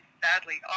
sadly